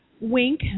Wink